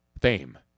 fame